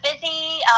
busy